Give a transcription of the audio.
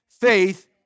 faith